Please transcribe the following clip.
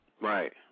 Right